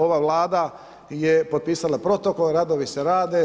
Ova Vlada je potpisala protokol i radovi se rade.